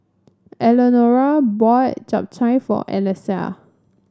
Elenora bought Japchae for Alesia